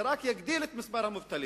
זה רק יגדיל את מספר המובטלים.